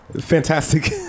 fantastic